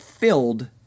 Filled